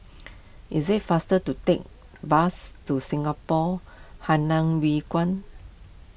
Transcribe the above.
it is faster to take the bus to Singapore Hainan Hwee Kuan